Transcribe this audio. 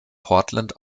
portland